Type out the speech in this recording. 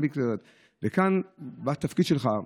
כאן התפקיד שלך.